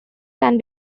can